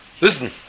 Listen